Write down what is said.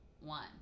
One